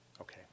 okay